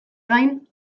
gain